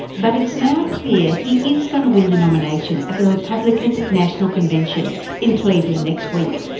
but it's now clear he is going to win the nomination at the republican national convention in cleveland next week.